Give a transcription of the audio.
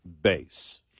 base